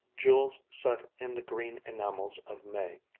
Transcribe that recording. jewels set in the green enamels of may.